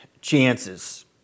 chances